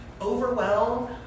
Overwhelmed